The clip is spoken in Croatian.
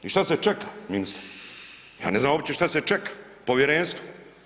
I šta se čeka ministre, ja ne znam uopće šta se čeka, povjerenstvo.